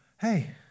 hey